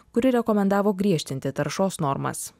kuri rekomendavo griežtinti taršos normas